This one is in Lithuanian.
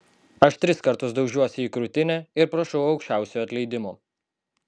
aš tris kartus daužiuosi į krūtinę ir prašau aukščiausiojo atleidimo